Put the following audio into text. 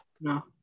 No